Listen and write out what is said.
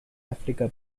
áfrica